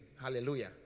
Hallelujah